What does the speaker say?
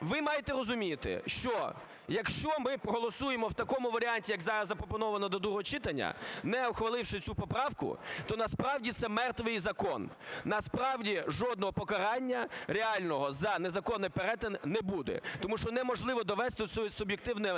ви маєте розуміти, що якщо ми проголосуємо в такому варіанті, як зараз запропоновано ,до другого читання, не ухваливши цю поправку, то насправді це "мертвий" закон. Насправді жодного покарання реального за незаконний перетин не буде, тому що неможливо довести суб'єктивний